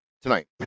tonight